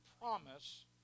promise